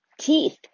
Teeth